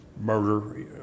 murder